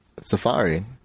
Safari